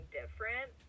different